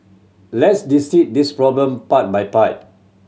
let's dissect this problem part by part